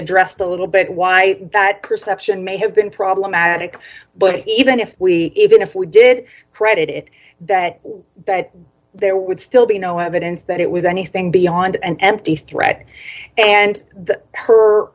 addressed a little bit why that perception may have been problematic but even if we even if we did credit that that there would still be no evidence that it was anything beyond an empty threat and